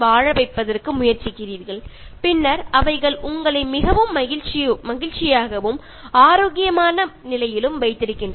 അപ്പോൾ അവ നിങ്ങളെയും വളരെ സന്തോഷത്തോടെയും ആരോഗ്യത്തോടെയുമിരിക്കാൻ സഹായിക്കുന്നു